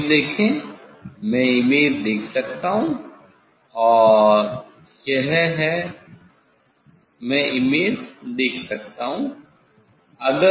image देखें मैं image देख सकता हूं और यह है मैं इमेज देख सकता हूं